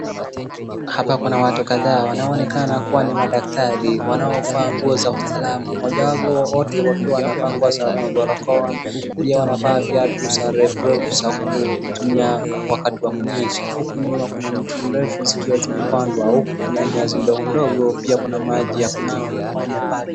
Hapa kuna watu kadhaa wanaonekana ni madaktari wanaovaa nguo za usalama. Mmoja wao wote wakiwa wanavaa nguo za barakoa pia wanavaa viatu refu za kutumia wakati wa kunyesha. Huku nyuma kuna mtu mrefu zikiwa zimepandwa na kuna nyasi ndogo ndogo na pia kuna maji ya kunawa mikono pale.